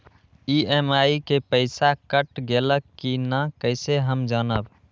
EMI के पईसा cut गेलक कि ना कइसे हम जानब?